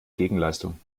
gegenleistung